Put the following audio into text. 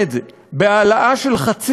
כי אנשים יודעים, ראשית, שזה צודק,